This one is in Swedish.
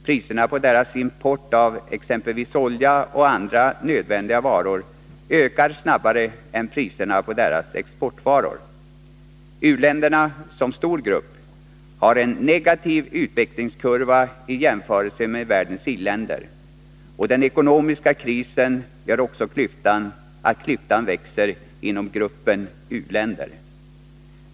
Priserna på deras import av exempelvis olja och andra nödvändiga varor ökar snabbare än priserna på deras exportvaror. U-länderna, som stor grupp, har en negativ utvecklingskurva i jämförelse med världens i-länder, och den ekonomiska krisen gör också att klyftan växer inom gruppen u-länder.